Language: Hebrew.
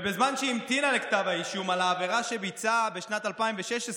בזמן שהמתינה לכתב האישום על העבירה שביצעה בשנת 2016,